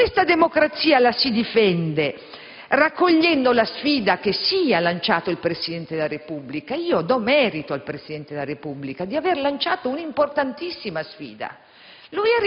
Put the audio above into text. e questa democrazia la si difende raccogliendo la sfida che ha lanciato il Presidente della Repubblica. Do merito al Presidente della Repubblica di aver lanciato un'importantissima sfida: